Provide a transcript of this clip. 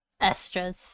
Extras